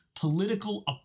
political